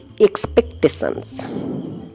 expectations